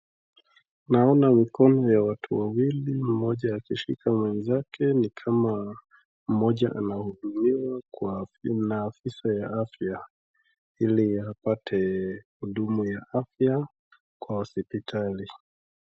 Naona mikono ya watu wawili mmoja akishika mwenzake ni kama mmoja anahudumiwa na afisa ya afya ili apate huduma ya afya kwa hospitali.